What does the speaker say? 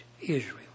Israel